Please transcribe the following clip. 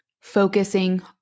focusing